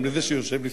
גם לזה שיושב לשמאלך.